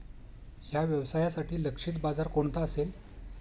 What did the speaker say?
या व्यवसायासाठी लक्षित बाजार कोणता असेल?